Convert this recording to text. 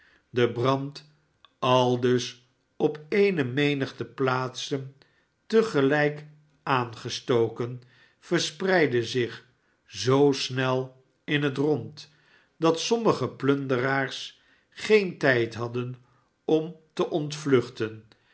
de brand aldus op eene menigte plaatsen te gelijk aangestoken verspreidde zich zoo snek in het rond dat sommige plunderaars geen tijd hadden om te ontvluchten